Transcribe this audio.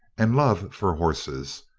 and love for horses.